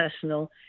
personal